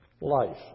life